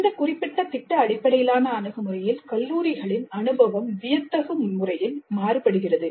இந்த குறிப்பிட்ட திட்ட அடிப்படையிலான அணுகுமுறையில் கல்லூரிகளின் அனுபவம் வியத்தகு முறையில் மாறுபடுகிறது